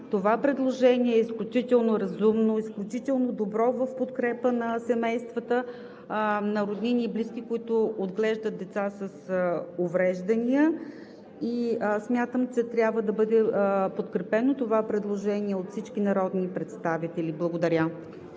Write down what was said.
това предложение е изключително разумно, изключително добро, в подкрепа на семействата, на роднините и близките, които отглеждат деца с увреждания. Смятам, че това предложение трябва да бъде подкрепено от всички народни представители. Благодаря.